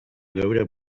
geure